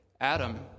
Adam